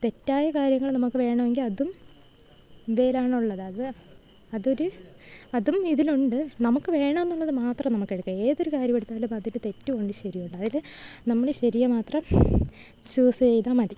തെറ്റായ കാര്യങ്ങൾ നമുക്ക് വേണമെങ്കില് അതും ഇവയിലാണുള്ളത് അത് അതൊരു അതും ഇതിലുണ്ട് നമുക്ക് വേണമെന്നുള്ളത് മാത്രം നമുക്കെടുക്കാം ഏതൊരു കാര്യമെടുത്താലും അതില് തെറ്റുമുണ്ട് ശരിയുമുണ്ട് അതില് നമ്മള് ശരിയെ മാത്രം ചൂസ്യ്താല് മതി